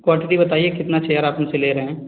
quantity बताइये कितना chair आप मुझ से ले रहे हैं